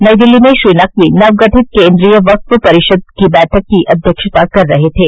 नई दिल्ली में श्री नकवी नवगठित केन्द्रीय वक्फ परिषद की बैठक की अध्यक्षता कर रहे थे